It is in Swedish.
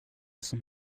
som